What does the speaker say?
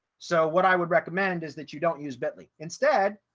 so what i would recommend is that you don't use bitly instead,